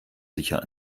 sicher